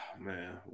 Man